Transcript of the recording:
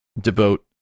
devote